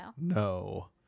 No